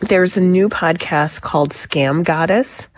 there is a new podcast called scam goddess